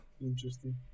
interesting